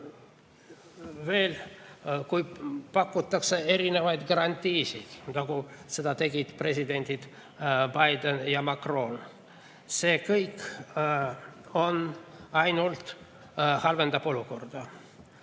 veel pakutakse erinevaid garantiisid, nagu seda tegid presidendid Biden ja Macron. Kõik see ainult halvendab olukorda.